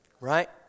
right